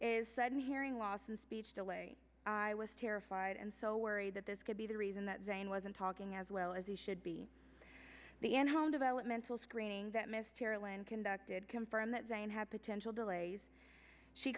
is sudden hearing loss and speech delay i was terrified and so worried that this could be the reason that vein wasn't talking as well as he should be the in home developmental screening that mysterio and conducted confirm that then had potential delays she